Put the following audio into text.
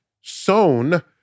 sown